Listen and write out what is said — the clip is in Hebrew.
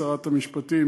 שרת המשפטים,